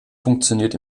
funktioniert